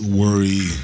worry